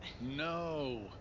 No